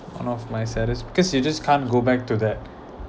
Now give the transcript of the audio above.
one of my saddest because you just can't go back to that